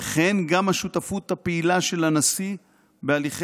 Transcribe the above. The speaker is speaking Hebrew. וכן גם השותפות הפעילה של הנשיא בהליכי